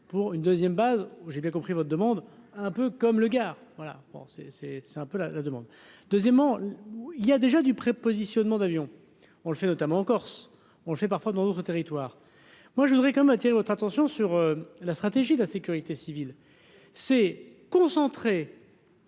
pour une 2ème base j'ai bien compris votre demande, un peu comme le Gard voilà, bon c'est c'est c'est un peu la la demande. Deuxièmement, il y a déjà du prépositionnement d'avion, on le fait, notamment en Corse, on le fait parfois dans notre territoire, moi je voudrais quand même attirer votre attention sur la stratégie de la sécurité civile. Ces concentré.